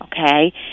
okay